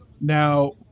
Now